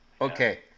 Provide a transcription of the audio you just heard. Okay